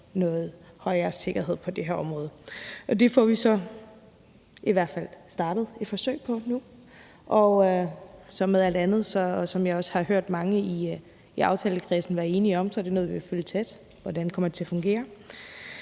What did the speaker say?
noget mere sikkerhed på det her område. Det får vi så i hvert fald startet et forsøg på nu. Som med alt andet, og som jeg også har hørt mange i aftalekredsen være enige om, er det noget, vi vil følge tæt. Hvordan kommer det til at fungere?